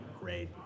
great